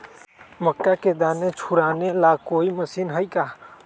मक्का के दाना छुराबे ला कोई मशीन हई का?